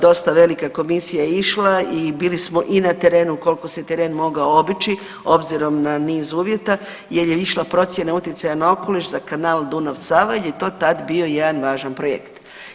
Dosta velika komisija je išla i bili smo i na terenu koliko se teren mogao obići obzirom na niz uvjeta, jer je išla procjena utjecaja na okoliš za kanal Dunav-Sava jer je to tada bio jedan važan projekt.